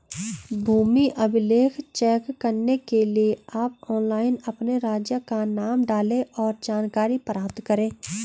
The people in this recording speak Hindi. भूमि अभिलेख चेक करने के लिए आप ऑनलाइन अपने राज्य का नाम डालें, और जानकारी प्राप्त करे